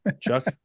Chuck